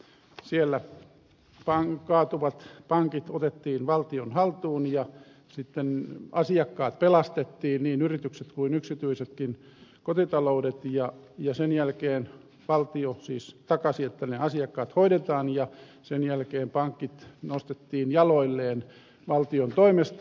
siellä kaatuvat pankit otettiin valtion haltuun ja sitten asiakkaat pelastettiin niin yritykset kuin yksityisetkin kotitaloudet ja sen jälkeen valtio siis takasi että ne asiakkaat hoidetaan ja sen jälkeen pankit nostettiin jaloilleen valtion toimesta